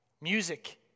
Music